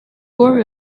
worry